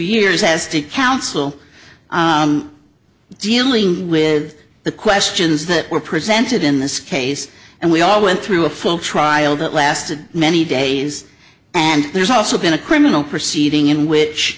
years as to counsel dealing with the questions that were presented in this case and we all went through a full trial that lasted many days and there's also been a criminal proceeding in which